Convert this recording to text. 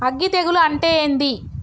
అగ్గి తెగులు అంటే ఏంది?